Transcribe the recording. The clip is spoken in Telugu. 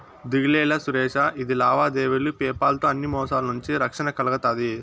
దిగులేలా సురేషా, ఇది లావాదేవీలు పేపాల్ తో అన్ని మోసాల నుంచి రక్షణ కల్గతాది